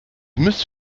müsste